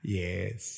yes